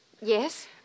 Yes